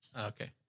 Okay